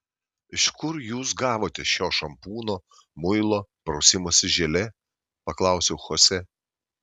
iš kur jūs gavote šio šampūno muilo prausimosi želė paklausiau chosė